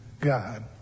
God